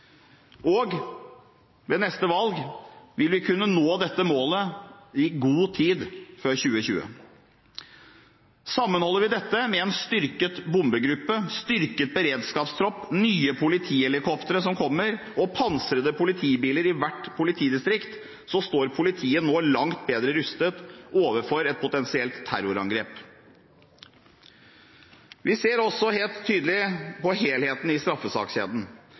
2020. Ved neste valg vil vi kunne nå dette målet, i god tid før 2020. Sammenholder vi dette med en styrket bombegruppe, styrket beredskapstropp, nye politihelikoptre som kommer, og pansrede politibiler i hvert politidistrikt, står politiet nå langt bedre rustet overfor et potensielt terrorangrep. Vi ser også helt tydelig helheten i